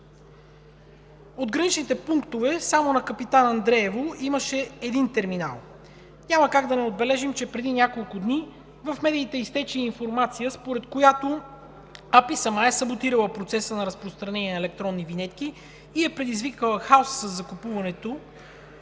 От граничните пунктове само на Капитан Андреево имаше един терминал. Няма как да не отбележим, че преди няколко дни в медиите изтече информация, според която АПИ сама е саботирала процеса на разпространение на електронни винетки и е предизвикала хаос със закупуването,